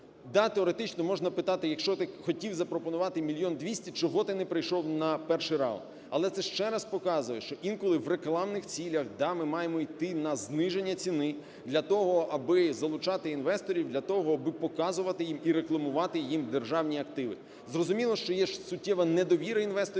теоретично можна питати, якщо ти хотів запропонувати мільйон 200, чого ти не прийшов на перший раунд? Але це ще раз показує, що інколи в рекламних цілях – да! – ми маємо йти на зниження ціни для того, аби залучати інвесторів, для того, аби показувати їм і рекламувати їм державні активи. Зрозуміло, що є суттєва недовіра інвесторів